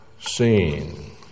seen